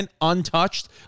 untouched